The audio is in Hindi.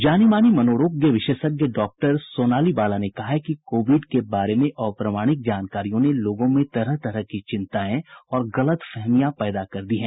जानी मानी मनोरोग विशेषज्ञ डॉक्टर सोनाली बाला ने कहा है कि कोविड के बारे में अप्रमाणिक जानकारियों ने लोगों में तरह तरह की चिंताए और गलतफहमियां पैदा कर दी है